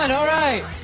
and alright!